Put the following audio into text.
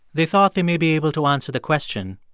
they thought they may be able to answer the question,